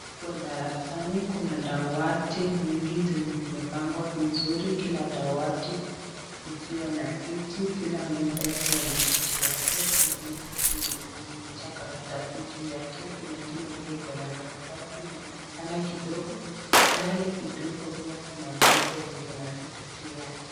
Huko darasani kuna dawati mingi zenye zimepangwa vizuri kila dawati ikiwa na kiti yake. Kuna meza yenye imejaa karatasi juu yake, kuna ingine pia iko na karatasi yenye inaonekana kidogo mbali kidogo pia kuna meza yenye iko na vitu juu yake.